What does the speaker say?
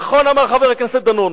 נכון אמר חבר הכנסת דנון: